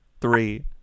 three